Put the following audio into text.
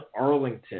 Arlington